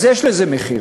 אז יש לזה מחיר.